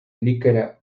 лікаря